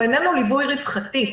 הוא איננו ליווי רווחתי.